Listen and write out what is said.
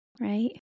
right